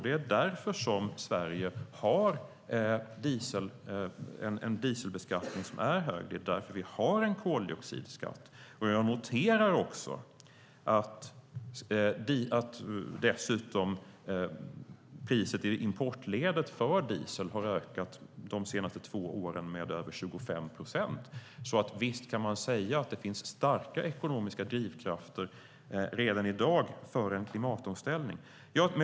Det är därför som Sverige har en högre dieselbeskattning, har en koldioxidskatt. Dessutom noterar jag att dieselpriset i importledet under de senaste två åren ökat med över 25 procent, så visst kan man säga att det redan i dag finns starka ekonomiska drivkrafter för en klimatomställning.